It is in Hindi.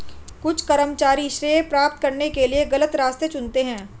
कुछ कर्मचारी श्रेय प्राप्त करने के लिए गलत रास्ते चुनते हैं